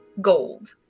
gold